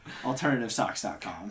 Alternativesocks.com